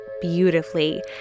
beautifully